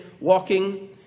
walking